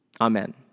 amen